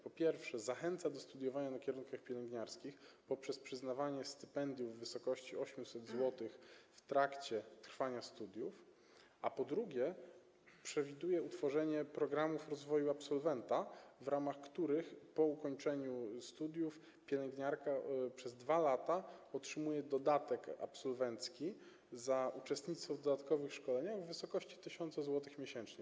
Po pierwsze, zachęca do studiowania na kierunkach pielęgniarskich przez przyznawanie stypendium w wysokości 800 zł w trakcie trwania studiów, po drugie, przewiduje utworzenie programów rozwoju absolwenta, w ramach których po ukończeniu studiów pielęgniarka przez 2 lata otrzymuje dodatek absolwencki za uczestnictwo w dodatkowych szkoleniach w wysokości 1 tys. zł miesięcznie.